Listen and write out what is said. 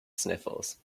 sniffles